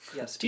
Yes